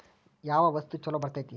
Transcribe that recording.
ಯಾವ ವಸ್ತು ಛಲೋ ಬರ್ತೇತಿ?